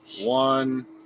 one